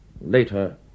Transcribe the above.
later